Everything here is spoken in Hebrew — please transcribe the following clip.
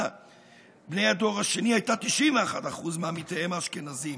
בני הדור השני הייתה 91% מעמיתיהם האשכנזים.